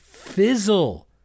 fizzle